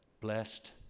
blessed